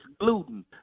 gluten